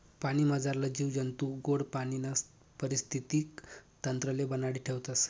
पाणीमझारला जीव जंतू गोड पाणीना परिस्थितीक तंत्रले बनाडी ठेवतस